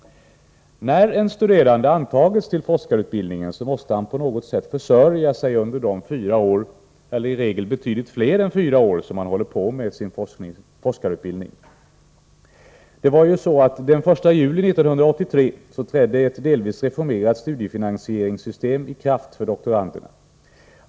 När den studerande antagits till forskarutbildningen måste han på något sätt försörja sig under de fyra eller i regel betydligt fler år än fyra som han håller på med sin forskarutbildning. Den 1 juli 1983 trädde ett delvis reformerat studiefinansieringssystem i kraft för doktoranderna.